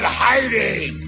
hiding